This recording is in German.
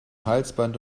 halsband